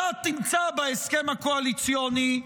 אותה תמצא בהסכם הקואליציוני,